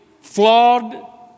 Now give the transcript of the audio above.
flawed